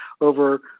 over